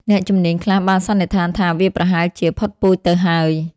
អ្នកជំនាញខ្លះបានសន្និដ្ឋានថា វាប្រហែលជា ផុតពូជទៅហើយ។